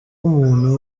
umuntu